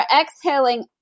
exhaling